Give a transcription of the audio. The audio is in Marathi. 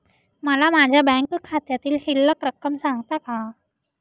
मला माझ्या बँक खात्यातील शिल्लक रक्कम सांगता का?